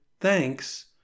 thanks